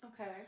Okay